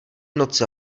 noci